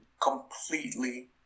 completely